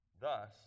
Thus